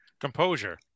Composure